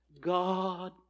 God